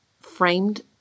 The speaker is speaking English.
framed